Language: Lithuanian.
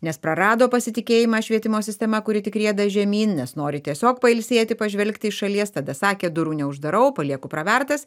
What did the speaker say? nes prarado pasitikėjimą švietimo sistema kuri tik rieda žemyn nes nori tiesiog pailsėti pažvelgt iš šalies tada sakė durų neuždarau palieku pravertas